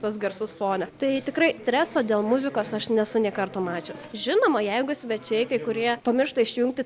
tuos garsus fone tai tikrai streso dėl muzikos aš nesu nė karto mačius žinoma jeigu svečiai kai kurie pamiršta išjungti